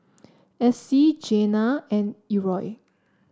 Essie Jenna and Errol